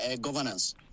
governance